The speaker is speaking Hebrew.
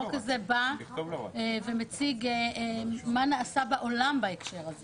החוק הזה מציג מה נעשה בעולם בהקשר הזה